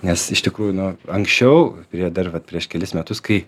nes iš tikrųjų nu anksčiau prie dar vat prieš kelis metus kai